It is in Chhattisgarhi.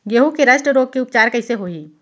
गेहूँ के रस्ट रोग के उपचार कइसे होही?